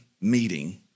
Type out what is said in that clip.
meeting